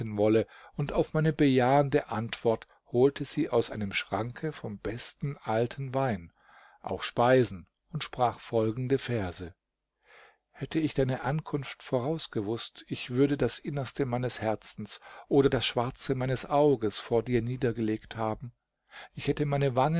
wolle und auf meine bejahende antwort holte sie aus einem schranke vom besten alten wein auch speisen und sprach folgende verse hätte ich deine ankunft voraus gewußt ich würde das innerste meines herzens oder das schwarze meines auges vor dir niedergelegt haben ich hätte meine wangen